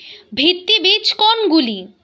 ভিত্তি বীজ কোনগুলি?